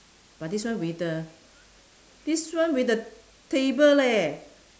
but this one with the this one with the table leh